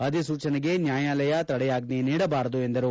ಅಧಿಸೂಚನೆಗೆ ನ್ವಾಯಾಲಯ ತಡೆಯಾಜ್ಞೆ ನೀಡಬಾರದು ಎಂದರು